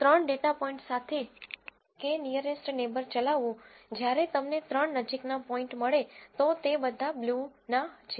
ત્રણ data point સાથે k nearest neighbour ચલાવું જ્યારે તમને ત્રણ નજીકના પોઈન્ટ મળે તો તે બધા બ્લુના છે